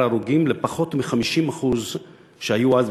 ההרוגים לפחות ב-50% מהמספר שהיה אז,